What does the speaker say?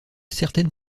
certaines